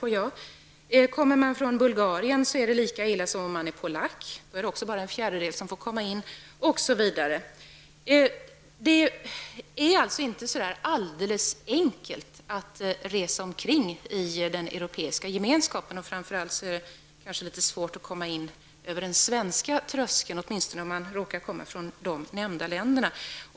För den som kommer från Bulgarien är det nästan lika illa som för den som är polack. Också av bulgarerna är det bara en fjärdedel som får komma in, osv. Det är alltså inte så alldeles enkelt att resa omkring i den europeiska gemenskapen. Framför allt är det svårt att komma över den svenska tröskeln, åtminstone om man råkar komma från de nämnda länderna.